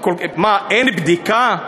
מה, אין בדיקה?